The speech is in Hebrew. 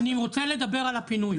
אני רוצה לדבר על הפינוי.